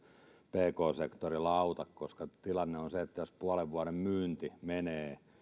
pk sektorilla auta koska tilanne on se että jos puolen vuoden myynti menee